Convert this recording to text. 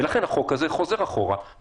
ולכן החוק הזה מיותר כרגע.